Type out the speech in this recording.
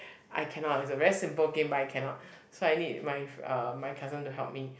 I cannot it's a very simple game but I cannot so I need my uh my cousin to help me